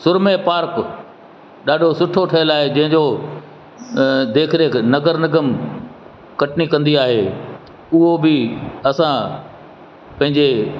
सुरमे park ॾाढो सुठो ठहियल आहे जंहिंजो देख रेख नगर निगम कटनी कंदी आहे उहो बि असां पंहिंजे